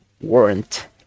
warrant